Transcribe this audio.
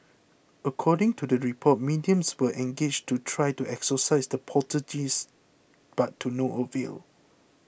according to the report mediums were engaged to try to exorcise the poltergeists but to no avail